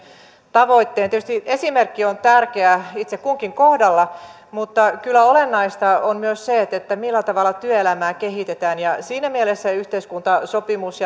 tavoitteen tietysti esimerkki on tärkeää itse kunkin kohdalla mutta kyllä olennaista on myös se millä tavalla työelämää kehitetään siinä mielessä yhteiskuntasopimus